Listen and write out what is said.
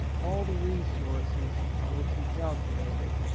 all the resources on which he calculated,